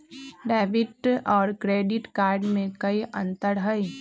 Debit और credit card में कई अंतर हई?